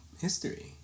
history